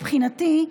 מבחינתי,